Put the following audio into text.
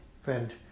friend